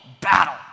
battle